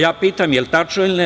Ja pitam, da li je tačno ili ne?